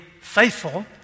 faithful